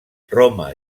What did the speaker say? roma